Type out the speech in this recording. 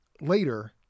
later